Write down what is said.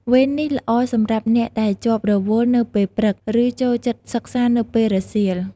វេននេះល្អសម្រាប់អ្នកដែលជាប់រវល់នៅពេលព្រឹក ឬចូលចិត្តសិក្សានៅពេលរសៀល។